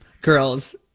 Girls